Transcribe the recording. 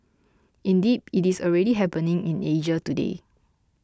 indeed it is already happening in Asia today